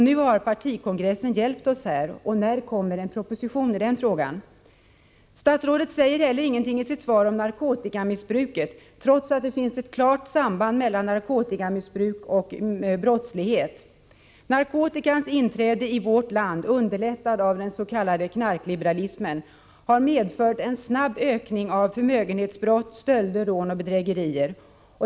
Nu har partikongressen hjälpt oss. När kommer en proposition i den frågan? Statsrådet säger heller ingenting i sitt svar om narkotikamissbruket, trots att det finns ett klart samband mellan narkotikamissbruk och brottslighet. Narkotikans inträde i vårt land, underlättad av den s.k. knarkliberalismen, har medfört en snabb ökning av förmögenhetsbrott, stölder, rån och bedrägerier.